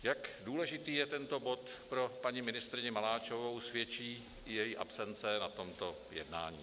Jak důležitý je tento bod pro paní ministryni Maláčovou, svědčí její absence na tomto jednání.